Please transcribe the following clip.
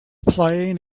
playing